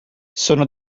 sono